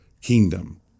kingdom